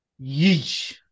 yeesh